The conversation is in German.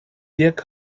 dirk